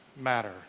matter